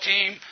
team